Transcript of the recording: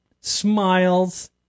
smiles